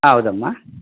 ಹಾಂ ಹೌದಮ್ಮ